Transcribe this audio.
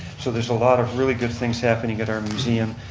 so there's a lot of really good things happening at our museum